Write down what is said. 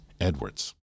Edwards